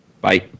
Bye